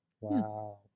wow